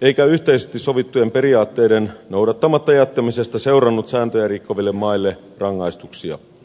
eikä yhteisesti sovittujen periaatteiden noudattamatta jättämisestä seurannut sääntöjä rikkoville mailla rangaistuksia